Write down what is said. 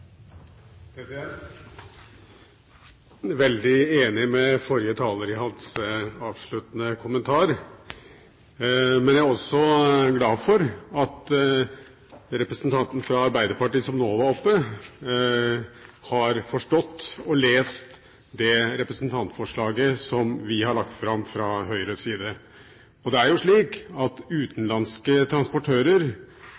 som nå var oppe, har forstått og lest det representantforslaget som vi har lagt fram fra Høyres side. Det er jo slik at